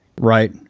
right